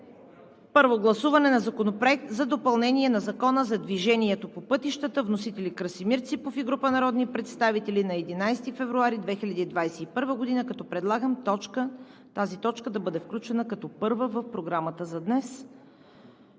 Първо гласуване на Законопроектa за допълнение на Закона за движението по пътищата. Вносители: Красимир Ципов и група народни представители на 11 февруари 2021 г., която предлагам да бъде включена като първа в Програмата за днес,